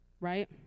Right